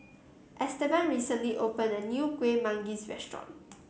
Estevan recently opened a new Kuih Manggis restaurant